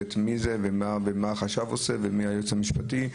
מה החשב עושה ומי היועץ המשפטי,